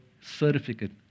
certificate